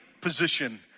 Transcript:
position